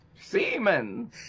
Seamen